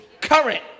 current